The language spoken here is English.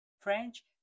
French